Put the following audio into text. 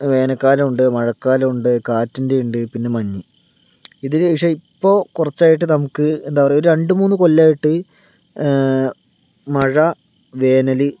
വേനൽകാലമുണ്ട് മഴക്കാലമുണ്ട് കാറ്റുണ്ട് മഞ്ഞുണ്ട് ഇതില് പക്ഷെ ഇപ്പൊ കുറച്ചയിട്ട് നമുക്ക് എന്താ പറയ രണ്ട് മൂന്ന് കൊല്ലമായിട്ട് മഴ വേനല്